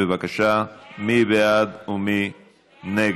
בבקשה, מי בעד ומי נגד?